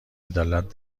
عدالت